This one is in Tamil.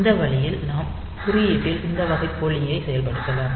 இந்த வழியில் நாம் குறியீட்டில் இந்த வகை போலிங் ஐச் செயல்படுத்தலாம்